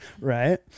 right